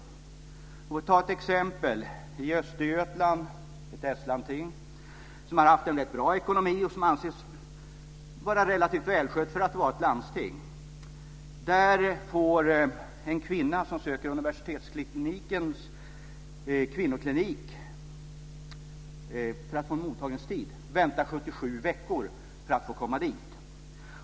Jag vill ta ett exempel. I Östergötland - ett slandsting som har haft en rätt bra ekonomi och som anses vara relativt välskött för att vara ett landsting - får en kvinna som vänder sig till Universitetssjukhusets kvinnoklinik för att få en mottagningstid vänta 77 veckor för att få komma dit.